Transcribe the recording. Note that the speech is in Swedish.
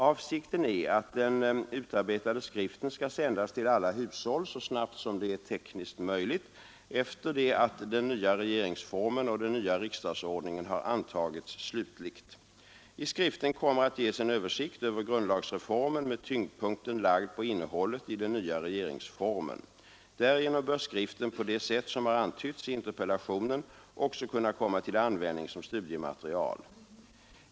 Avsikten är att den utarbetade skriften skall sändas till alla hushåll så snabbt som det är tekniskt möjligt efter det att den nya regeringsformen och den nya riksdagsordningen har antagits slutligt. I skriften kommer att ges en översikt över grundlagsreformen med tyngdpunkten lagd på innehållet i den nya regeringsformen. Därigenom bör skriften, på det sätt som har antytts i interpellationen, också kunna komma till användning som studiematerial.